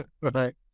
Right